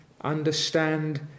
understand